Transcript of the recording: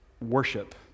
worship